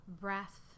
breath